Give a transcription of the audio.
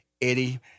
Eddie